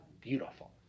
Beautiful